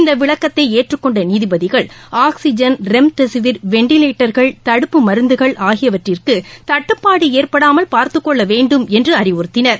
இந்தவிளக்கத்தைஏற்றுக்கொண்டநீதிபதிகள் oxygen remdesivir வெண்டிலேட்டர்கள் தடுப்பு மருந்துகள் ஆகியவற்றிற்குதட்டுப்பாடுஏற்படாமல் பார்த்துக்கொள்ளவேண்டும் என்றுஅறிவுறுத்தினர்